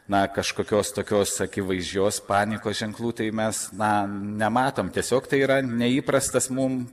na kažkokios tokios akivaizdžios panikos ženklų tai mes na nematom tiesiog tai yra neįprastas mum